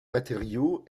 matériau